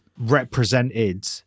represented